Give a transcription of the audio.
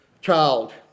child